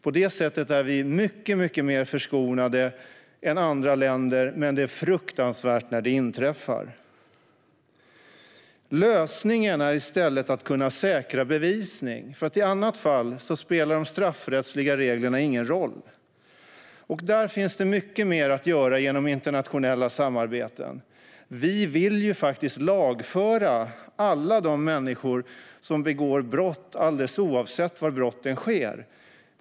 På det sättet är vi mycket mer förskonade än andra länder, men det är fruktansvärt när det inträffar. Lösningen är i stället att kunna säkra bevisning. I annat fall spelar de straffrättsliga reglerna ingen roll. Där finns det mycket mer att göra genom internationella samarbeten. Vi vill lagföra alla de människor som begår brott, alldeles oavsett var brotten begås.